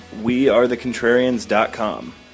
wearethecontrarians.com